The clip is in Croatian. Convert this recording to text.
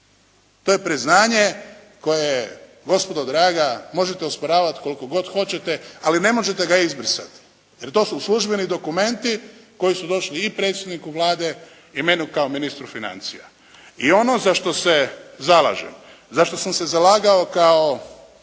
To je priznanje koje gospodo draga možete osporavati koliko god hoćete, ali ne možete ga izbrisati jer to su službeni dokumenti koji su došli i predsjedniku Vlade i meni kao ministru financija. I ono za što se zalažem, za što sam se zalagao kao